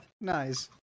Nice